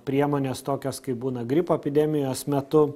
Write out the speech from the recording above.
priemones tokias kaip būna gripo epidemijos metu